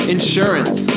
Insurance